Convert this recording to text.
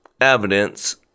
evidence